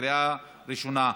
בקריאה ראשונה.